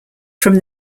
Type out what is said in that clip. from